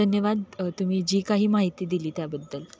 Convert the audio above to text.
धन्यवाद तुम्ही जी काही माहिती दिली त्याबद्दल